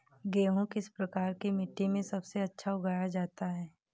गेहूँ किस प्रकार की मिट्टी में सबसे अच्छा उगाया जाता है?